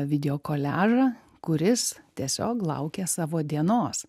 video koliažą kuris tiesiog laukia savo dienos